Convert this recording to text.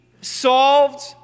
solved